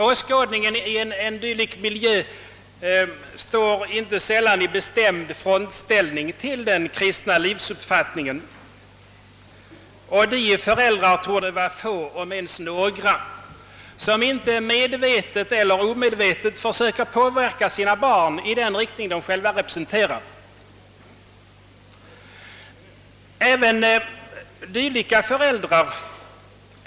Åskådningen i en dylik miljö står inte sällan i bestämd frontställning mot den kristna livsuppfattningen, och de föräldrar torde vara få, om ens några, som inte medvetet elier omedvetet försöker påverka sina barn i riktning mot sin egen uppfattning.